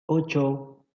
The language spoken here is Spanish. ocho